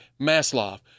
Maslov